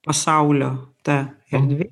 pasaulio ta erdvė